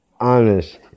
honest